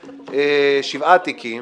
שישה או שבעה תיקים